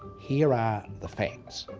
here are the facts.